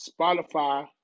Spotify